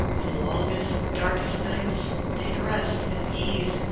in longest, darkest nights take rest and ease,